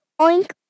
oink